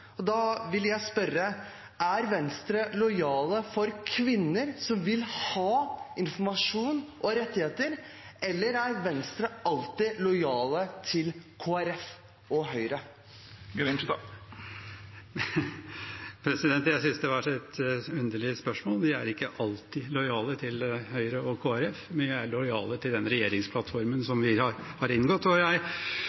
Da vil jeg spørre: Er Venstre lojale mot kvinner som vil ha informasjon og rettigheter, eller er Venstre alltid lojale til Kristelig Folkeparti og Høyre? Jeg synes det var et underlig spørsmål. Vi er ikke «alltid lojale til Høyre og Kristelig Folkeparti», men vi er lojale til den regjeringsplattformen